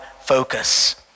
focus